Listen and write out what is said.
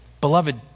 beloved